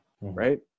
Right